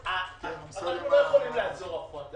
אנחנו לא יכולים לעצור הפרטה.